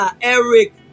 Eric